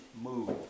move